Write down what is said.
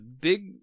big